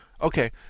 Okay